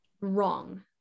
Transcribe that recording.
wrong